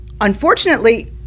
unfortunately